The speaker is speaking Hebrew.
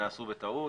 נעשו בטעות.